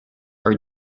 are